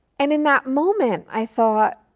and in that moment, i thought,